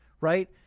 right